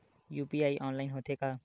UPI online होथे का?